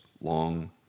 long